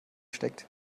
steckt